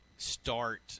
Start